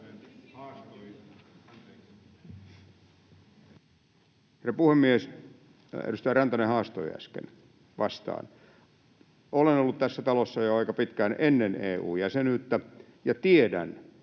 Herra puhemies! Edustaja Rantanen haastoi äsken. Vastaan. Olen ollut tässä talossa jo aika pitkään ennen EU-jäsenyyttä ja tiedän,